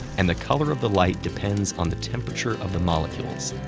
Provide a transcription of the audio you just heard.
and the color of the light depends on the temperature of the molecules.